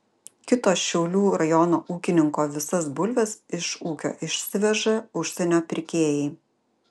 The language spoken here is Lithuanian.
kito šiaulių rajono ūkininko visas bulves iš ūkio išsiveža užsienio pirkėjai